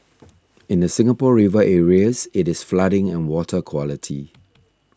in the Singapore River areas it is flooding and water quality